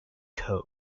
toe